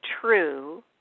true